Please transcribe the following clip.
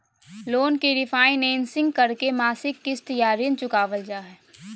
loan के refinancing करके मासिक किस्त या ऋण चुकावल जा हय